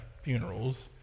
funerals